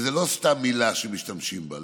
זאת לא סתם מילה שמשתמשים בה.